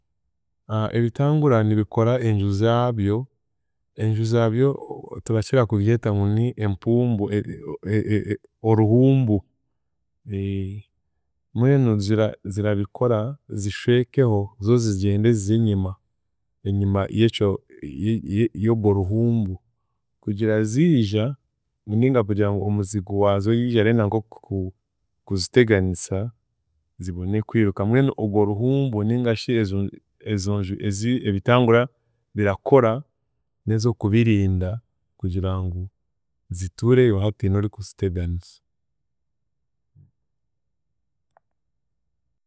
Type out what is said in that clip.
ebitangura nibikora enju zaabyo, enju zaabyo o- o- turakira kubyeta ngu ngu ni empumbwe e- e- o- oruhumbu mbwenu zira zirabikora zishwekeho zo zigyende zize enyima enyima yekye ye ye y’ogwo ruhumbu kugira ziija ninga kugira ngu omuzigu waazo yiija arenda nk'oku- kuziteganisa, zibone kwiruka, mbwenu ogwe ruhumbwe nigashi ezo- ezo nju ezi ebitangura birakora n'ez'okubirinda kugira ngu zituureyo hatiine orikuziteganisa.